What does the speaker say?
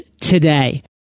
today